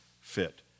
fit